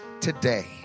today